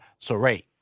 Soray